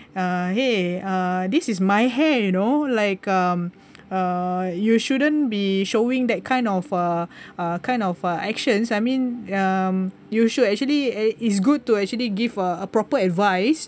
uh !hey! this is my hair you know like um uh you shouldn't be showing that kind of uh uh kind of uh actions I mean um you should actually it's good to actually give a a proper advice